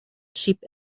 sheep